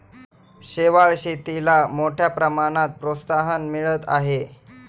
शेवाळ शेतीला मोठ्या प्रमाणात प्रोत्साहन मिळत आहे